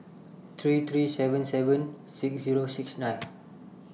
three three seven seven six Zero six nine